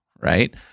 right